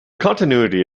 continuity